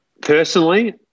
Personally